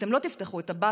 אתם לא תפתחו את הבאסטות,